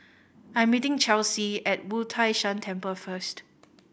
I am meeting Chelsea at Wu Tai Shan Temple first